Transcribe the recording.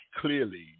clearly